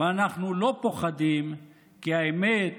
ואנחנו לא פוחדים, כי האמת